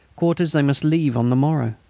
quarters they must leave on the morrow.